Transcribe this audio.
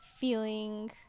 feeling